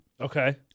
Okay